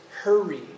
hurry